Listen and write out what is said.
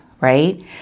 right